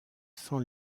sans